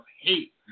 hate